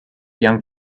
young